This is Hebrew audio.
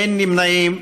אין נמנעים.